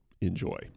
enjoy